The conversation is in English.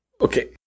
Okay